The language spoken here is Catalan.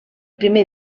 primer